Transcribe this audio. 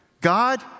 God